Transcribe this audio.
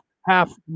half